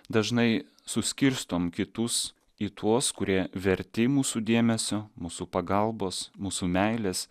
dažnai suskirstom kitus į tuos kurie verti mūsų dėmesio mūsų pagalbos mūsų meilės